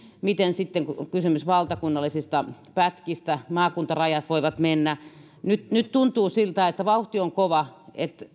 miten sitten kun on kysymys valtakunnallisista pätkistä maakuntarajat voivat mennä nyt nyt tuntuu siltä että vauhti on kova